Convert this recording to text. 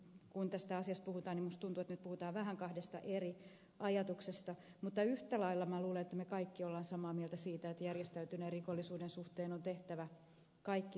kun tästä asiasta puhutaan niin minusta tuntuu että nyt puhutaan vähän kahdesta eri ajatuksesta mutta yhtä lailla minä luulen että me kaikki olemme samaa mieltä siitä että järjestäytyneen rikollisuuden suhteen on tehtävä kaikki mahdollinen